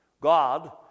God